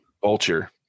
Vulture